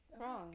wrong